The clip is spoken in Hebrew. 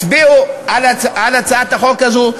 הצבע בעד הצעת החוק הזו,